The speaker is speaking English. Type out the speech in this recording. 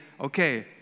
okay